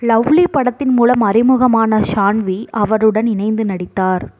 lovely படத்தின் மூலம் அறிமுகமான ஷான்வி அவருடன் இணைந்து நடித்தார்